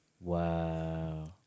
Wow